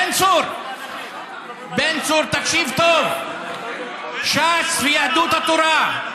בן צור, בן צור, תקשיב טוב, ש"ס ויהדות התורה: